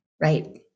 Right